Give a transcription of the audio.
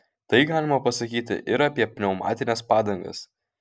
tai galima pasakyti ir apie pneumatines padangas